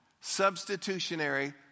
Substitutionary